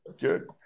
Good